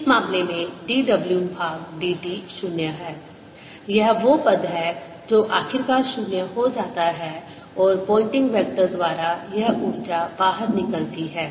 इस मामले में d w भाग dt 0 है यह वो पद है जो आखिरकार 0 हो जाता है और पोयनटिंग वेक्टर द्वारा यह ऊर्जा बाहर निकलती है